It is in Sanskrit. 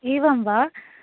एवं वा